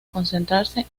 concentrarse